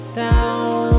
down